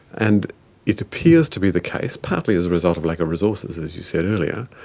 and it appears to be the case, partly as a result of lack of resources, as you said earlier,